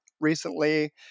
recently